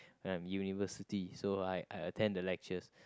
uh university so I I attend the lectures